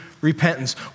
repentance